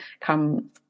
come